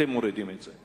אתם מורידים את זה.